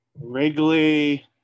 Wrigley